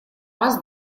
раз